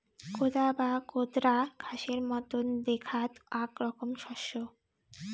কোদা বা কোদরা ঘাসের মতন দ্যাখাত আক রকম শস্য